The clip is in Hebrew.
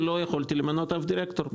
שלא יכולתי למנות אף דירקטור,